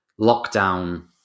lockdown